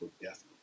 death